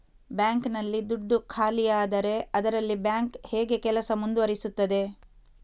Bank ನಲ್ಲಿ ದುಡ್ಡು ಖಾಲಿಯಾದರೆ ಅದರಲ್ಲಿ ಬ್ಯಾಂಕ್ ಹೇಗೆ ಕೆಲಸ ಮುಂದುವರಿಸುತ್ತದೆ?